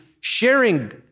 sharing